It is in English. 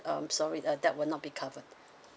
um sorry uh that will not be covered